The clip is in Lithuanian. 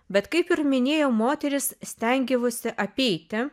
bet kaip ir minėjom moterys stengdavosi apeiti